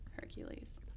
Hercules